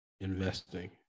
investing